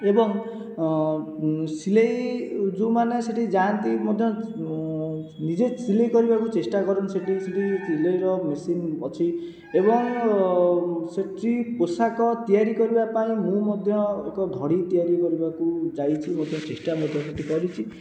ଏବଂ ସିଲାଇ ଯେଉଁମାନେ ସେ'ଠିକି ଯାଆନ୍ତି ମଧ୍ୟ ନିଜେ ସିଲେଇ କରିବାକୁ ଚେଷ୍ଟା କରନ୍ତି ସେ'ଠି ସିଲେଇର ମେସିନ ଅଛି ଏବଂ ସେ'ଠି ପୋଷାକ ତିଆରି କରିବା ପାଇଁ ମୁଁ ମଧ୍ୟ ଏକ ଧଡ଼ି ତିଆରି କରିବାକୁ ଯାଇଛି ଗୋଟିଏ ଚେଷ୍ଟା ମଧ୍ୟ ସେ'ଠି କରିଛି